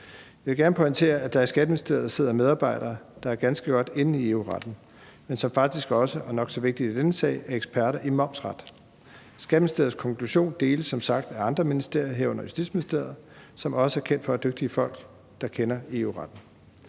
Jeg vil gerne pointere, at der i Skatteministeriet sidder medarbejdere, der er ganske godt inde i EU-retten, men som faktisk også og nok så vigtigt i denne sag er eksperter i momsret. Skatteministeriets konklusion deles som sagt af andre ministerier, herunder Justitsministeriet, som også er kendt for at have dygtige folk, der kender EU-retten.